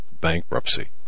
bankruptcy